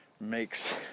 makes